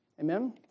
Amen